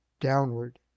downward